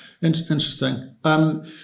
interesting